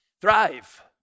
Thrive